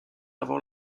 avant